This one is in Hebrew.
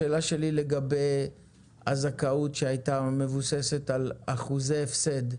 השאלה שלי לגבי הזכאות שהייתה מבוססת על אחוזי הפסד,